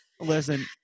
Listen